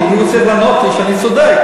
כי אם אני צריך לענות לו שאני צודק,